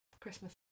Christmas